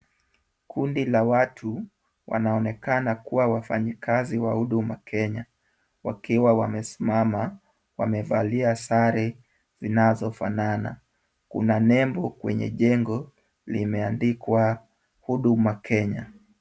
Kundi la watu wanaonekana kuwa wafanyikazi wa huduma Kenya, wakiwa wamesimama wamevalia sare zinazofanana. Kuna nembo kwenye jengo limeandikwa Huduma Kenya.